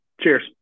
Cheers